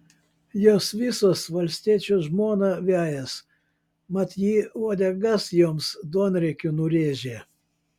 jos visos valstiečio žmoną vejas mat ji uodegas joms duonriekiu nurėžė